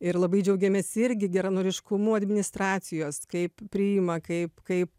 ir labai džiaugiamės irgi geranoriškumu administracijos kaip priima kaip kaip